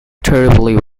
terribly